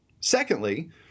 Secondly